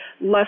less